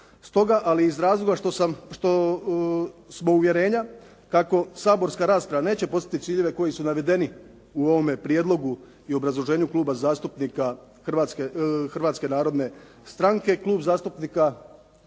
Stoga, ali i iz razloga što smo uvjerenja kako saborska rasprava neće postići ciljeve koji su navedeni u ovome prijedlogu i obrazloženju Kluba zastupnika Hrvatske narodne stranke,